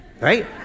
Right